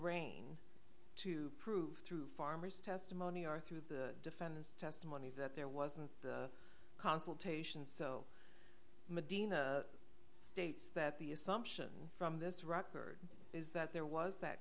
rein to prove through farmers testimony or through the defendant's testimony that there wasn't consultation so medina states that the assumption from this record is that there was that